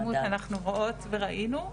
על אלימות אנחנו רואות וראינו,